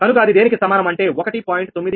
కనుక అది దేనికి సమానం అంటే 1